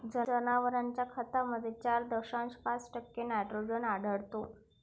जनावरांच्या खतामध्ये चार दशांश पाच टक्के नायट्रोजन आढळतो